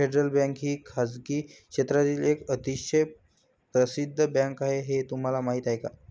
Federal Bank ही खासगी क्षेत्रातील एक अतिशय प्रसिद्ध बँक आहे हे तुम्हाला माहीत आहे का?